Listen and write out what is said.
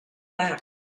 back